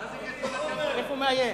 איפה מאיים?